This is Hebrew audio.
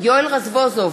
יואל רזבוזוב,